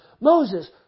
Moses